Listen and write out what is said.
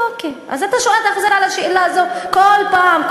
אז אוקיי, אז אתה חוזר על השאלה הזאת כל פעם.